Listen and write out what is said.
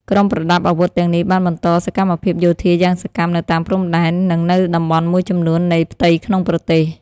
ក្រុមប្រដាប់អាវុធទាំងនេះបានបន្តសកម្មភាពយោធាយ៉ាងសកម្មនៅតាមព្រំដែន និងនៅតំបន់មួយចំនួននៃផ្ទៃក្នុងប្រទេស។